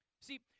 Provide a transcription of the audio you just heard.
See